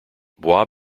bois